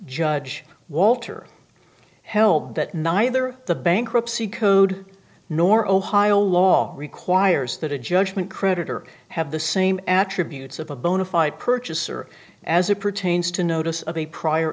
judge walter held that neither the bankruptcy code nor ohio law requires that a judgment creditor have the same attributes of a bona fide purchaser as it pertains to notice of a prior